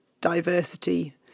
diversity